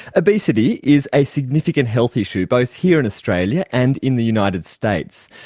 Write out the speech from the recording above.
obesity is a significant health issue both here in australia, and in the united states.